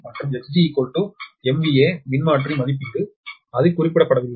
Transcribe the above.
இது உங்கள் மின்மாற்றி T1 ஆகும் இது 110 MVA மின்மாற்றி மதிப்பீடு அது குறிப்பிடப்படவில்லை